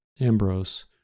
Ambrose